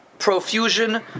profusion